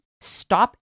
Stop